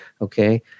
Okay